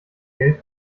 geld